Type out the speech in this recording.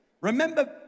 Remember